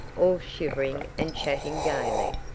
all shivering and chatting gayly.